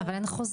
אבל אין חוזר.